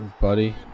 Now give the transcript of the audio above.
buddy